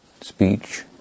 speech